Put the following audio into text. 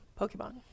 pokemon